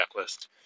checklist